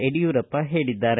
ಯಡಿಯೂರಪ್ಪ ಹೇಳಿದ್ದಾರೆ